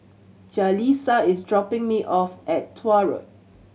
Jaleesa is dropping me off at Tuah Road